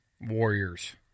Warriors